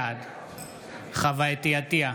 בעד חוה אתי עטייה,